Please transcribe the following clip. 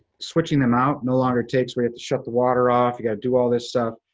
switching them out no longer takes. we have to shut the water off, you gotta do all this stuff.